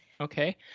Okay